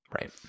Right